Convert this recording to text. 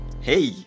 hey